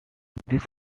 this